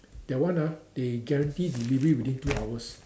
that one ah they guarantee delivery within two hours